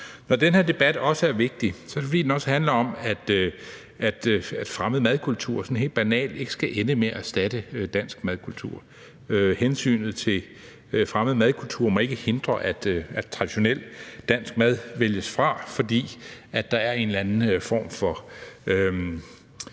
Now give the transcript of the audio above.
Når den her debat er vigtig, er det, fordi den også handler om, at fremmed madkultur sådan helt banalt ikke skal ende med at erstatte dansk madkultur. Hensynet til fremmed madkultur må ikke betyde, at traditionel dansk mad vælges fra, fordi der er en eller anden form for